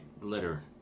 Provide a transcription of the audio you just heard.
litter